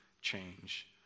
change